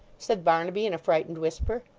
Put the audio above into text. said barnaby, in a frightened whisper.